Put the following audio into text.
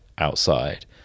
outside